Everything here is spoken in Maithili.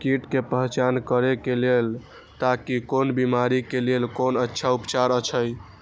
कीट के पहचान करे के लेल ताकि कोन बिमारी के लेल कोन अच्छा उपचार अछि?